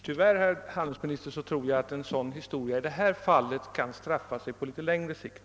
Herr talman! Jag tror tyvärr, herr handelsminister, att uppläsandet av en sådan fras kan straffa sig på längre sikt.